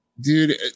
dude